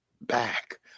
back